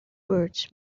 birds